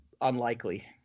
unlikely